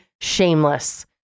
shameless